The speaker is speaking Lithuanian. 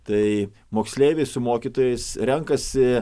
tai moksleiviai su mokytojais renkasi